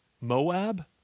Moab